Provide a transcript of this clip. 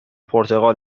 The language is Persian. پرتقال